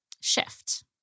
shift